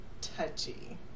touchy